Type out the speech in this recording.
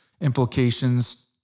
implications